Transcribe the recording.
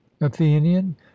athenian